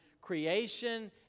creation